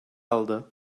aldı